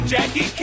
Jackie